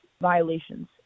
violations